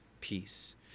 peace